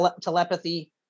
telepathy